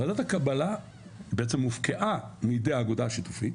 ועדת הקבלה בעצם הופקעה מידי האגודה השיתופית,